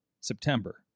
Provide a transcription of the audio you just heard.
September